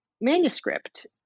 manuscript